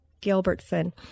Gilbertson